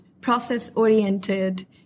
process-oriented